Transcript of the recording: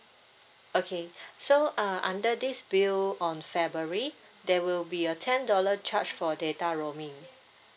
okay so uh under this bill on february there will be a ten dollar charge for data roaming